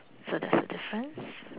so that's the difference